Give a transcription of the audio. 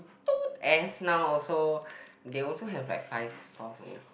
toot S now also they also have like five stalls only